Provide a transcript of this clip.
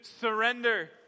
surrender